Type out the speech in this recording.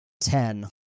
Ten